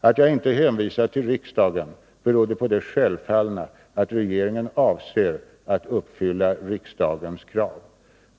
Att jag inte hänvisade till riksdagen berodde på det självfallna att regeringen avser att uppfylla riksdagens krav.